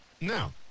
Now